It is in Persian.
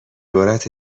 عبارت